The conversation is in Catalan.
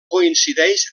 coincideix